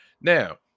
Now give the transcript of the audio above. Now